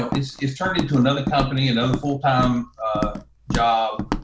know, it's it's turned into another company and other full time job,